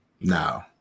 No